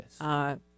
yes